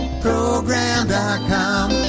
Program.com